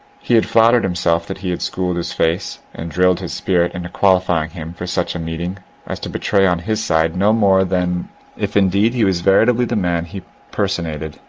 he had flattered himself that he had schooled his face and drilled his spirit into qualifying him for such a meeting as to betray on his side no more than if indeed he was veritably the man he personated,